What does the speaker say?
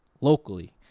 locally